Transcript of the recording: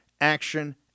action